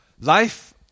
life